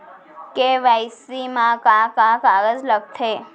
KYC मा का का कागज लगथे?